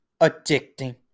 addicting